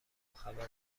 خبر